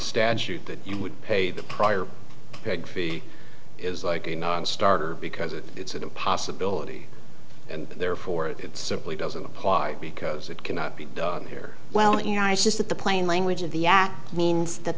statute that you would pay the prior is like a nonstarter because it's a possibility and therefore it simply doesn't apply because it cannot be here well you know it's just that the plain language of the act means that